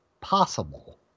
possible